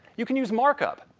you can use mark up.